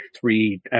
three